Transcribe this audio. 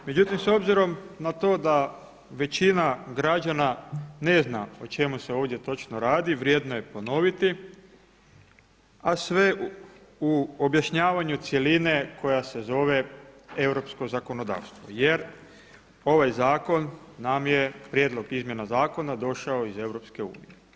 Međutim, s obzirom na to da većina građana ne zna o čemu se ovdje točno radi, vrijedno je ponoviti a sve u objašnjavanju cjeline koja se zove europsko zakonodavstvo jer ovaj zakon nam je, prijedlog izmjena zakona došao iz Europske unije.